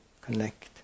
connect